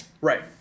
Right